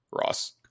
Ross